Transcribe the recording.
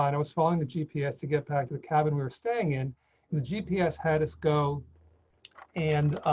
i was following the gps to get back to the cabin were staying in the gps had us go and